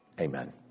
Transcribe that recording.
Amen